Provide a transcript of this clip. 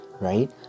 right